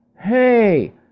hey